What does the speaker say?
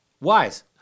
wise